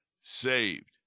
saved